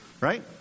Right